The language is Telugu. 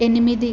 ఎనిమిది